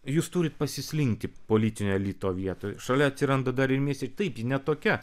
jūs turit pasislinkti politinio elito vietoj šalia atsiranda dar ir miestie ir taip ne tokia